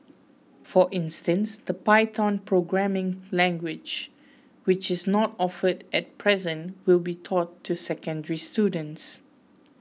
for instance the Python programming language which is not offered at present will be taught to secondary students